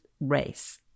race